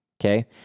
Okay